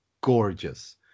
gorgeous